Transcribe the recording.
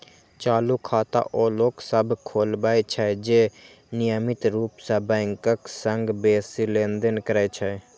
चालू खाता ओ लोक सभ खोलबै छै, जे नियमित रूप सं बैंकक संग बेसी लेनदेन करै छै